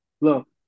Look